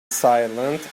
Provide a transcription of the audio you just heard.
silent